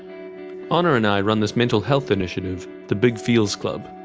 honor and i run this mental health initiative, the big feels club.